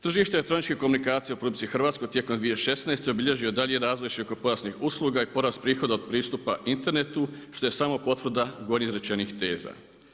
Tržište elektroničkih komunikacija u RH tijekom 2016. obilježio je dalji razvoj širokopojasnih usluga i porast prihoda od pristupa internetu što je samo potvrda gore izrečenih teza.